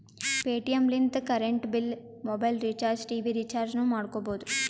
Paytm ಲಿಂತ current bill, mobile recharge, TV ರಿಚಾರ್ಜನೂ ಮಾಡ್ಕೋಬೋದು